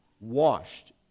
washed